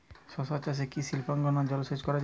শশা চাষে কি স্প্রিঙ্কলার জলসেচ করা যায়?